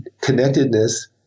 connectedness